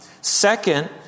Second